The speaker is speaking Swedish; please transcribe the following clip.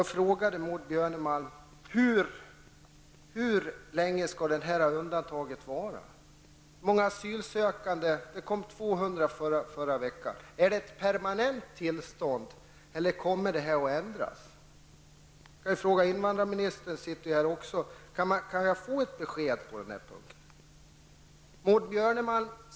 Jag frågade Maud Björnemalm hur länge detta undantag skall gälla. Det kom 200 asylsökande till Sverige förra veckan. Skall detta beslut gälla permanent eller kommer man att ändra det igen? Jag kan fråga invandrarministern som sitter i kammaren: Kan jag få ett besked på den här punkten?